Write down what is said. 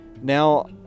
now